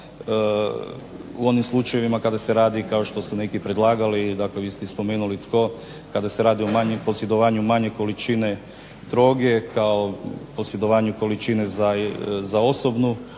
i spomenuli tko, kada se radi o posjedovanju manje količine droge kao posjedovanju količine za osobnu